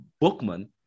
Bookman